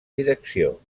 direcció